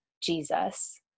Jesus